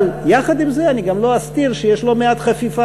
אבל יחד עם זה אני גם לא אסתיר שיש לא מעט חפיפה.